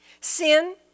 Sin